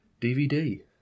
DVD